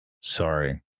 Sorry